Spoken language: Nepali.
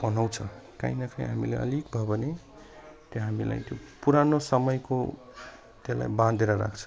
बनाउँछ काहीँ न काहीँ हामीलाई अलिक भए पनि त्यो हामीलाई त्यो पुरानो समयको त्यसलाई बाँधेर राख्छ